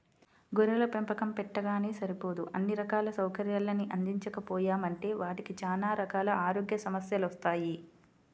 గొర్రెల పెంపకం పెట్టగానే సరిపోదు అన్నీ సౌకర్యాల్ని అందించకపోయామంటే వాటికి చానా రకాల ఆరోగ్య సమస్యెలొత్తయ్